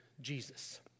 Jesus